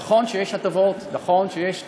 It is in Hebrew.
נכון שיש הטבות, נכון שיש תנאים,